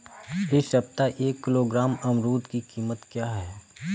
इस सप्ताह एक किलोग्राम अमरूद की कीमत क्या है?